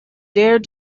dared